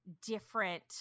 different